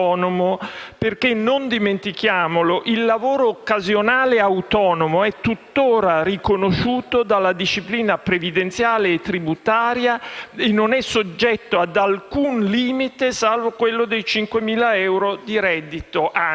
Perché - non dimentichiamolo - il lavoro occasionale autonomo è tuttora riconosciuto dalla disciplina previdenziale e tributaria e non è soggetto ad alcun limite, salvo quello dei 5.000 euro di reddito annui.